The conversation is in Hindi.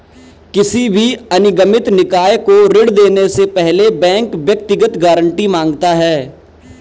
किसी भी अनिगमित निकाय को ऋण देने से पहले बैंक व्यक्तिगत गारंटी माँगता है